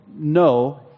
No